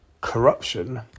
corruption